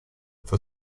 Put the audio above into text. for